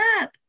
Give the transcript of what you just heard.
up